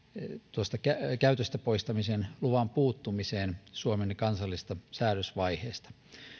käytöstä poistamisen luvan puuttumiseen suomen kansallisesta säädösvaiheesta